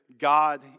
God